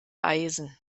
eisen